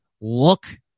look